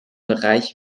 bereich